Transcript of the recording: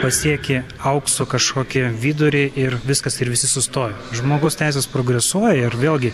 pasieki aukso kažkokį vidurį ir viskas ir visi sustoja žmogaus teisės progresuoja ir vėlgi